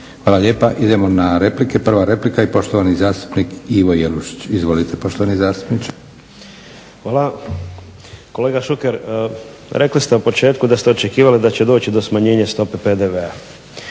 vrijeme. Idemo na replike. Prva replika i poštovani zastupnik Ivo Jelušić. Izvolite poštovani zastupniče. **Jelušić, Ivo (SDP)** Hvala. Kolega Šuker, rekli ste u početku da ste očekivali da će doći do smanjenja stope PDV-a.